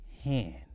hand